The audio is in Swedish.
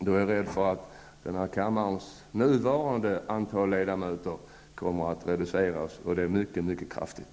I så fall är jag rädd för att nuvarande antal ledamöter i kammaren kommer att reduceras mycket kraftigt.